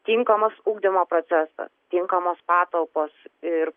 tinkamas ugdymo procesas tinkamos patalpos ir